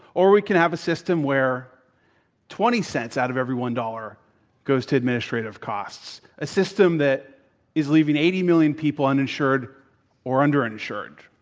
or we can have a system where twenty cents out of every one dollar goes to administrative costs, a system that is leaving eighty million people uninsured or under insured.